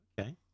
Okay